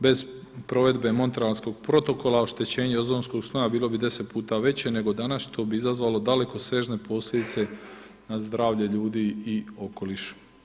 Bez provedbe Montrealskog protokola oštećenje ozonskog sloja bilo bi deset puta veće nego danas što bi izazvalo dalekosežne posljedice na zdravlje ljudi i okoliš.